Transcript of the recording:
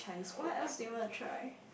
what else they want to try